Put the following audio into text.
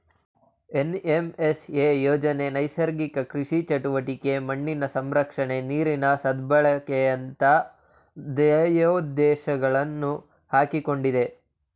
NMSA ಯೋಜನೆ ನೈಸರ್ಗಿಕ ಕೃಷಿ ಚಟುವಟಿಕೆ, ಮಣ್ಣಿನ ಸಂರಕ್ಷಣೆ, ನೀರಿನ ಸದ್ಬಳಕೆಯಂತ ಧ್ಯೇಯೋದ್ದೇಶಗಳನ್ನು ಹಾಕಿಕೊಂಡಿದೆ